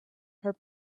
her